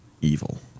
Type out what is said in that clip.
evil